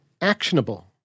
actionable